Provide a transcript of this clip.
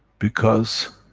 because,